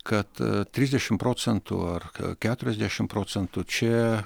kad trisdešimt procentų ar keturiasdešimt procentų čia